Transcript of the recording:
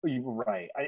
Right